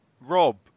Rob